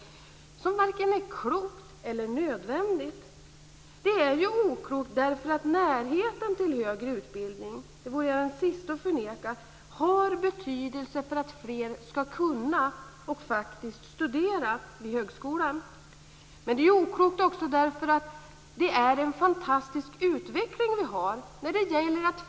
Det är varken klokt eller nödvändigt. Det är oklokt, därför att närheten till högre utbildning har betydelse för att fler skall kunna studera vid högskolan. Det är jag den sista att förneka. Det är oklokt också därför att utvecklingen är fantastisk.